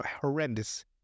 horrendous